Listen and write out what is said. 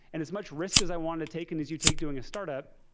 and as much risk as i wanted to take and as you take doing a startup,